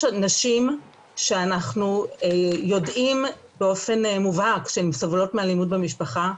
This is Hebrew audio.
יש נשים שאנחנו יודעים באופן מובהק שהן סובלות מאלימות במשפחה,